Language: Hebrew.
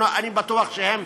אני בטוח שהם,